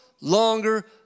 longer